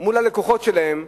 מול הלקוחות שלהם,